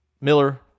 Miller